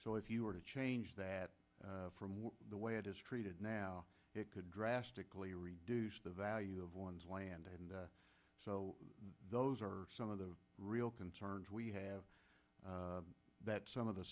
so if you were to change that from the way it is treated now it could drastically reduce the value of one's land and those are some of the real concerns we have that some of the